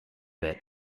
bit